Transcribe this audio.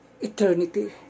Eternity